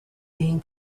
being